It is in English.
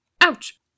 ouch